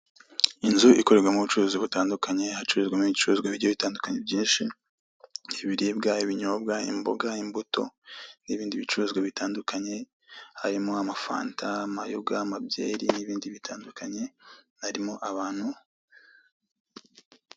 Inzu ikorerwamo ubucuruzi butandukanye hacururizwamo ibicuruzwa bigiye bitandukanye byinshi, ibiribwa, ibinyobwa, imboga, imbuto n'ibindi bucuruzwa bitandukanye harimo amafanta, amayoga, amabyeri n'ibindi bitandukanye harimo abantu.